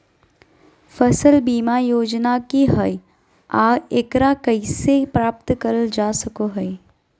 फसल बीमा योजना की हय आ एकरा कैसे प्राप्त करल जा सकों हय?